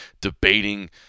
debating